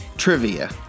trivia